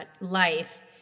life